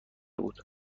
بود